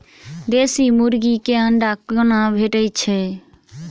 देसी मुर्गी केँ अंडा कोना भेटय छै?